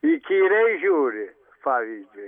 įkyriai žiūri pavyzdžiui